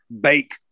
bake